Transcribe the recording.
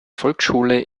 volksschule